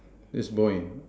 this boy